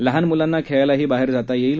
लहान मुलांना खेळायलाही बाहेर जाता येईल